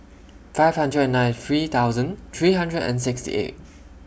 five hundred and ninety three thousand three hundred and sixty eight